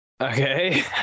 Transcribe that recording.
okay